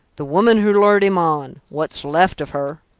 the woman who lured him on. what's left of her.